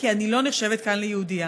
כי אני לא נחשבת כאן ליהודייה.